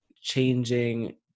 changing